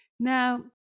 Now